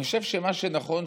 אני חושב שמה שנכון,